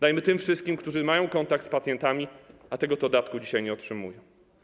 Dajmy go tym wszystkim, którzy mają kontakt z pacjentami, a tego dodatku dzisiaj nie otrzymują.